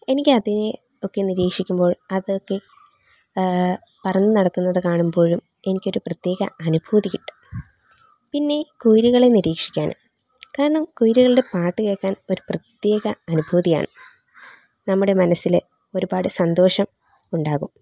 എനിക്ക് അതിനെ ഒക്കെ നിരീക്ഷിക്കുമ്പോൾ അതൊക്കെ പറന്നു നടക്കുന്നത് കാണുമ്പോഴും എനിക്കൊരു പ്രത്യേക അനുഭൂതി കിട്ടും പിന്നെ കുയിലുകളെ നിരീക്ഷിക്കാനും കാരണം കുയിലുകളുടെ പാട്ടുകേക്കാൻ ഒരു പ്രത്യേക അനുഭൂതിയാണ് നമ്മുടെ മനസിലെ ഒരുപാട് സന്തോഷം ഉണ്ടാകും